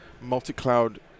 multi-cloud